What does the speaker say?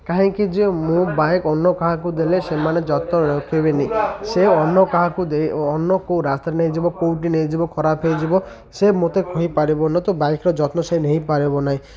କାହିଁକି ଯେ ମୁଁ ବାଇକ୍ ଅନ୍ୟ କାହାକୁ ଦେଲେ ସେମାନେ ଯତ୍ନ ରଖିବେନି ସେ ଅନ୍ୟ କାହାକୁ ଅନ୍ୟ କେଉଁ ରାସ୍ତାାରେ ନେଇଯିବ କେଉଁଠି ନେଇଯିବ ଖରାପ ହେଇଯିବ ସେ ମୋତେ କହିପାରିବନି ତ ବାଇକ୍ର ଯତ୍ନ ସେ ନେଇପାରିବ ନାହିଁ